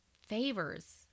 favors